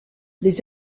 les